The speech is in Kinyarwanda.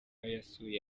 yasuye